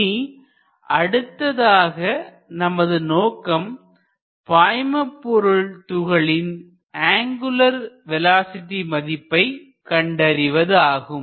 இனி அடுத்ததாக நமது நோக்கம் பாய்மபொருள் துகளின் அங்குலர் வேலோஸிட்டி மதிப்பை கண்டறிவது ஆகும்